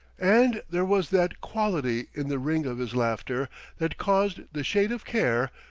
and there was that quality in the ring of his laughter that caused the shade of care,